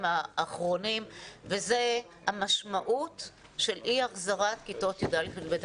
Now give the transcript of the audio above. האחרונים וזאת המשמעות של אי החזרת כיתות י"א ו-י"ב.